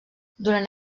durant